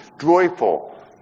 joyful